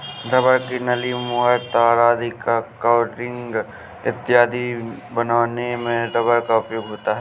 rubber की नली, मुहर, तार आदि का कवरिंग इत्यादि बनाने में रबर का उपयोग होता है